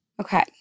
Okay